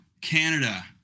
Canada